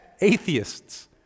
atheists